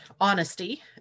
honesty